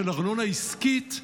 של ארנונה עסקית?